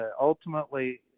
ultimately